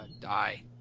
die